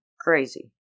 Crazy